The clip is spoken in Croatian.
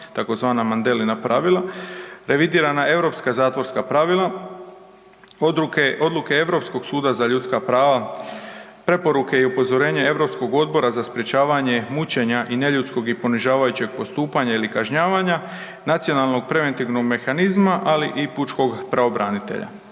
tzv. Mandelina pravila, revidirana europska zatvorska pravila, odluke Europskog suda za ljudska prava, preporuke i upozorenja Europskog odbora za sprječavanje mučenja i neljudskog i ponižavajućeg postupanja ili kažnjavanja, nacionalnog preventivnog mehanizma, ali i pučkog pravobranitelja.